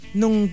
nung